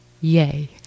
Yay